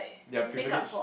their privilege